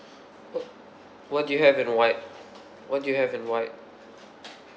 what do you have in white what do you have in white